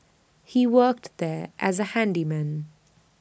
he worked there as A handyman